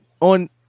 on